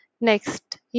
Next